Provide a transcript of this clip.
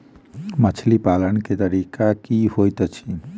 मछली पालन केँ तरीका की होइत अछि?